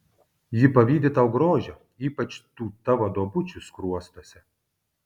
ji pavydi tau grožio ypač tų tavo duobučių skruostuose